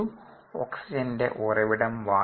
ഓക്സിജന്റെ ഉറവിടം വായുവായിരുന്നു